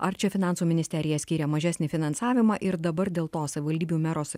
ar čia finansų ministerija skyrė mažesnį finansavimą ir dabar dėl to savivaldybių mero